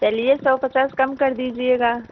चलिए सौ पचास कम कर दीजिएगा